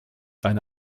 eine